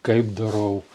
kaip darau